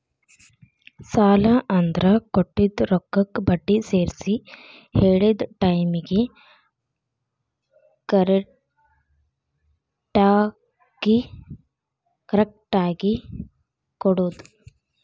ಸಾಲ ಅಂದ್ರ ಕೊಟ್ಟಿದ್ ರೊಕ್ಕಕ್ಕ ಬಡ್ಡಿ ಸೇರ್ಸಿ ಹೇಳಿದ್ ಟೈಮಿಗಿ ಕರೆಕ್ಟಾಗಿ ಕೊಡೋದ್